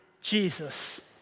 Jesus